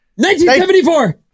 1974